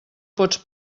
pots